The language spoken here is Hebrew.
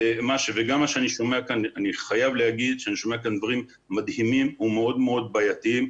אני חייב לומר שאני שומע כאן דברים מדהימים ומאוד מאוד בעייתיים.